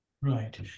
Right